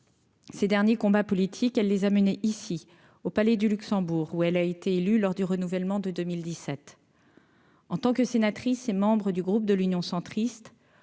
ces derniers combats politiques, elle les a amener ici au Palais du Luxembourg, où elle a été élue lors du renouvellement de 2017 en tant que sénatrice et membre du groupe de l'Union centriste